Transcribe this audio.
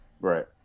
Right